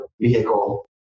vehicle